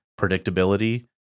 predictability